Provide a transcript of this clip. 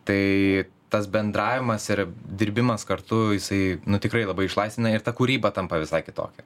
tai tas bendravimas ir dirbimas kartu jisai nu tikrai labai išlaisvina ir ta kūryba tampa visai kitokia